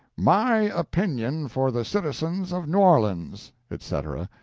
my opinion for the citizens of new orleans, etc,